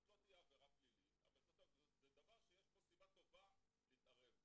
זו לא תהיה עבירה פלילית אבל זה דבר שיש סיבה טובה להתערב בו.